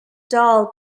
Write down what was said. doll